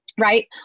Right